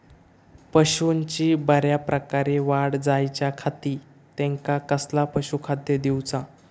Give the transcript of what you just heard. पशूंची बऱ्या प्रकारे वाढ जायच्या खाती त्यांका कसला पशुखाद्य दिऊचा?